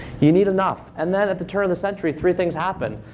you need enough. and then at the turn of the century, three things happened.